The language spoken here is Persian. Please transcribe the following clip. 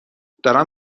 دارم